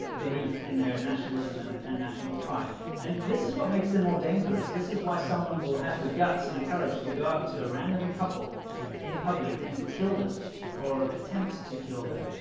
belief in their nationalism and and national pride and this is what makes them more dangerous this is why someone will have the guts and the courage to go up to a random couple in public and kill them or attempt to kill them,